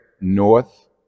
north